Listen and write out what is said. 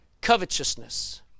covetousness